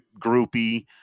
groupie